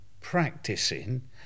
practicing